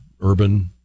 urban